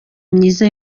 myiza